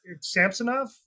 Samsonov